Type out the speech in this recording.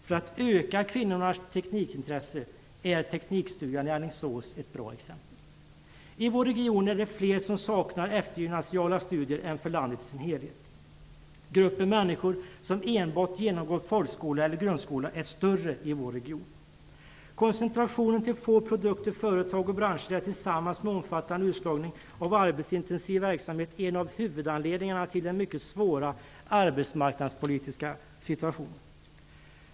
Teknikstugan i Alingsås är ett bra exempel på hur man kan öka kvinnornas teknikintresse. I vår region är det fler som saknar eftergymnasiala studier än i landet i dess helhet. Gruppen människor som enbart genomgått folkskola eller grundskola är större i vår region. Koncentrationen till få produkter, företag och branscher är tillsammans med omfattande utslagning av arbetsintensiv verksamhet en av huvudanledningarna till den mycket svåra arbetsmarknadspolitiska situationen.